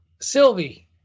Sylvie